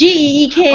Geek